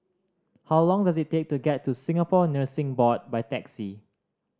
how long does it take to get to Singapore Nursing Board by taxi